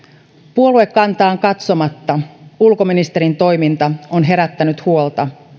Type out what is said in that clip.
puoluekantaan katsomatta ulkoministerin toiminta on herättänyt huolta